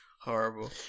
Horrible